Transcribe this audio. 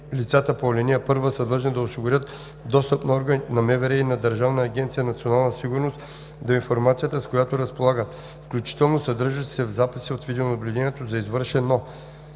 лицата по ал. 1 са длъжни да осигурят достъп на органите на МВР и на Държавна агенция „Национална сигурност” до информацията, с която разполагат, включително съдържаща се в записи от видеонаблюдението, за извършено,